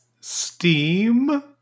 steam